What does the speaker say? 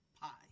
pie